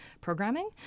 programming